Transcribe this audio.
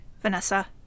Vanessa